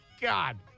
God